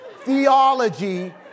theology